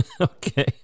Okay